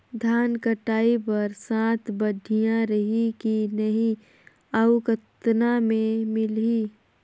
धान कटाई बर साथ बढ़िया रही की नहीं अउ कतना मे मिलही?